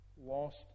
lost